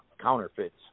counterfeits